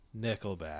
Nickelback